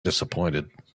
disappointed